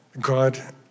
God